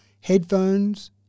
headphones